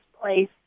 place